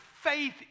faith